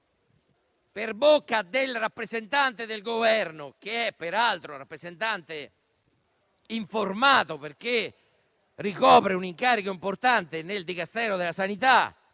Per bocca del rappresentante del Governo, che è, peraltro, rappresentante informato, perché ricopre un incarico importante nel Dicastero della sanità